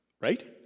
right